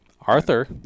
Arthur